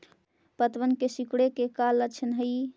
पत्तबन के सिकुड़े के का लक्षण हई?